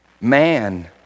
man